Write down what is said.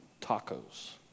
tacos